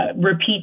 repeat